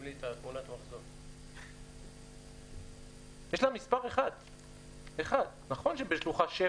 1. נכון שבשלוחה 7,